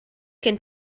gen